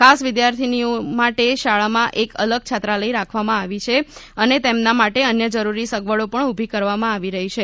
ખાસ વિદ્યાર્થિનીઓ માટે શાળામાં એક અલગ છાત્રાલય રાખવામાં આવી છે અને તેમના માટે અન્ય જરૂરી સવગડો પણ ઉભી કરવામાં આવી રહી છે